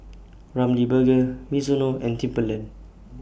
Ramly Burger Mizuno and Timberland